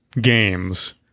games